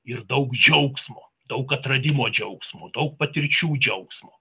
ir daug džiaugsmo daug atradimo džiaugsmo daug patirčių džiaugsmo